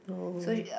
no